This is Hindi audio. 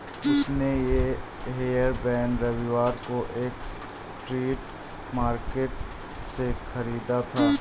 उसने ये हेयरबैंड रविवार को एक स्ट्रीट मार्केट से खरीदा था